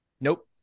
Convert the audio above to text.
nope